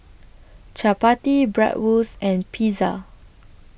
Chapati Bratwurst and Pizza